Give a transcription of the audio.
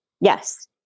Yes